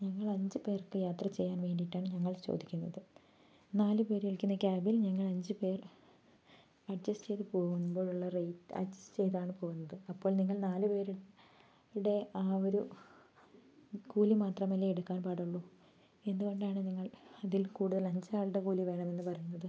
ഞങ്ങൾ അഞ്ചുപേർക്ക് യാത്ര ചെയ്യാൻ വേണ്ടിയിട്ടാണ് ഞങ്ങൾ ചോദിക്കുന്നത് നാലുപേരും ഇരിക്കുന്ന ക്യാബിൽ ഞങ്ങൾ അഞ്ചുപേർ അഡ്ജസ്റ്റ് ചെയ്ത് പോകുമ്പോഴുള്ള റേറ്റ് അഡ്ജസ്റ്റ് ചെയ്താണ് പോകുന്നത് അപ്പോൾ നിങ്ങൾ നാലുപേരുടെ ആ ഒരു കൂലി മാത്രമല്ലേ എടുക്കാൻ പാടുള്ളൂ എന്തുകൊണ്ടാണ് നിങ്ങൾ ഇതിൽ കൂടുതൽ അഞ്ചാളുടെ കൂലി വേണമെന്ന് പറയുന്നത്